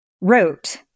wrote